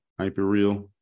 HyperReal